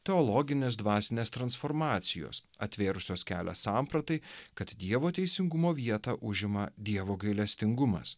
teologinės dvasinės transformacijos atvėrusios kelią sampratai kad dievo teisingumo vietą užima dievo gailestingumas